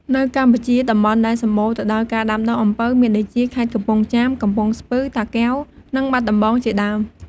នៅកម្ពុជា តំបន់ដែលសម្បូរទៅដោយការដាំដុះអំពៅមានដូចជា ខេត្តកំពង់ចាម កំពង់ស្ពឺ តាកែវ និងបាត់ដំបង ជាដើម។